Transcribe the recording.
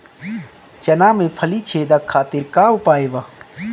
चना में फली छेदक खातिर का उपाय बा?